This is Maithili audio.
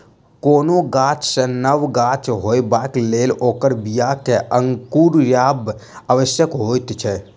कोनो गाछ सॅ नव गाछ होयबाक लेल ओकर बीया के अंकुरायब आवश्यक होइत छै